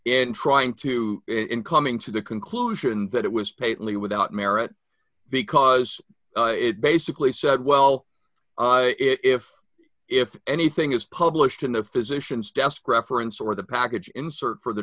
in trying to in coming to the conclusion that it was paid only without merit because it basically said well if if anything is published in the physician's desk reference or the package insert